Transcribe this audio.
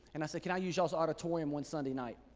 and i said, can i use use auditorium one sunday night?